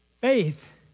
Faith